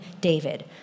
David